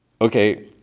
Okay